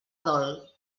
dol